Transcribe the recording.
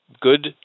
good